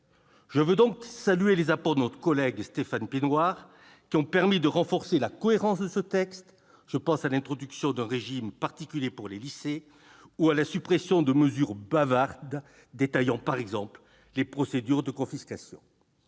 Je veux donc saluer les apports de notre collègue Stéphane Piednoir, qui ont permis de renforcer la cohérence de ce texte. Je pense à l'introduction d'un régime particulier pour les lycées ou à la suppression de mesures bavardes, détaillant par exemple les procédures de confiscation.